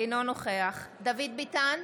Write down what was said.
אינו נוכח דוד ביטן,